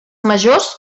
majors